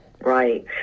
right